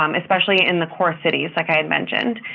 um especially in the core cities like i had mentioned.